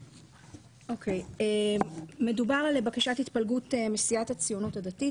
מדובר על בקשת התפלגות מסיעת הציונות הדתית.